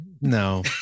no